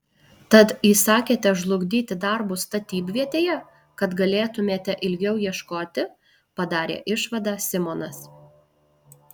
tad įsakėte žlugdyti darbus statybvietėje kad galėtumėte ilgiau ieškoti padarė išvadą simonas